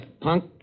punk